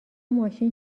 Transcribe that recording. ماشین